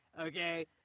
okay